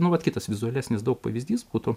nu vat kitas vizualesnis daug pavysdys būtų